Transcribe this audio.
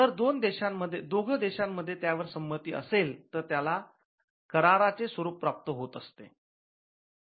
शेवटी जर दोघं देशांमध्ये त्यांवर संमती असेल तर त्याला करारा चे स्वरूप प्राप्त होत असते